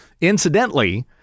Incidentally